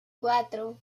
cuatro